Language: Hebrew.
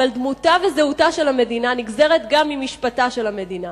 אבל דמותה וזהותה של המדינה נגזרות גם ממשפטה של המדינה.